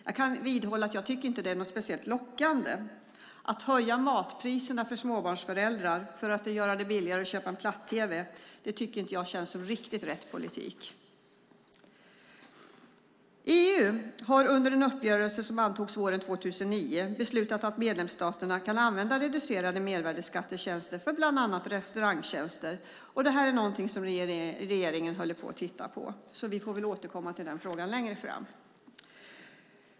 Jag kan vidhålla att det inte känns speciellt lockande att höja matpriserna för småbarnsföräldrar för att göra det billigare att köpa en platt-tv. Det tycker jag inte känns som rätt politik. EU har under en uppgörelse som antogs våren 2009 beslutat att medlemsstaterna kan använda reducerade mervärdeskattesatser för bland annat restaurangtjänster, och detta är något som regeringen håller på att titta på. Vi får väl återkomma till den frågan längre fram.